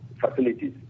facilities